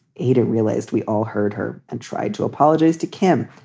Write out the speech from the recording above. ada realized we all heard her and tried to apologize to kim.